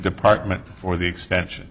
department for the extension